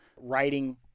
writing